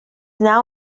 now